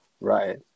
right